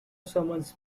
summons